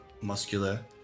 muscular